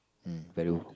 mm value